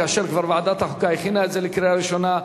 כאשר כבר ועדת החוקה הכינה את זה לקריאה ראשונה,